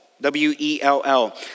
W-E-L-L